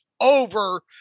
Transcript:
over